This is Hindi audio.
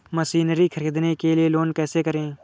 मशीनरी ख़रीदने के लिए लोन कैसे करें?